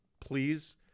Please